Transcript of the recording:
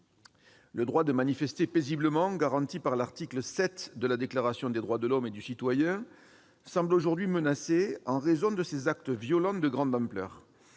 Le droit de manifester paisiblement, garanti par l'article X de la Déclaration des droits de l'homme et du citoyen, semble aujourd'hui menacé en raison de ces actes violents de grande ampleur.